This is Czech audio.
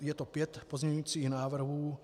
Je to pět pozměňujících návrhů.